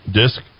disk